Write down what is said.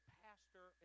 pastor